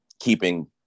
keeping